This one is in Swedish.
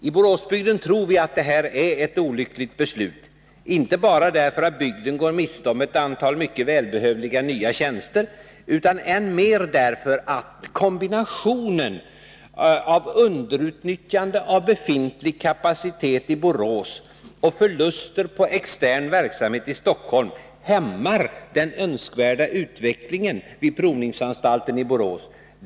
I Boråsbygden tror vi att det här är ett olyckligt beslut, inte bara därför att bygden går miste om ett antal mycket välbehövliga nya tjänster utan än mer därför att kombinationen av underutnyttjande av befintlig kapacitet i Borås och förluster på extern verksamhet i Stockholm hämmar den önskvärda utvecklingen vid provningsanstalten i Borås.